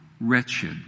wretched